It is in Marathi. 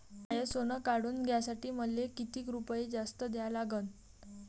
माय सोनं काढून घ्यासाठी मले कितीक रुपये जास्त द्या लागन?